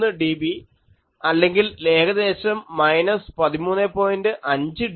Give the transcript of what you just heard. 3dB അല്ലെങ്കിൽ ഏകദേശം minus 13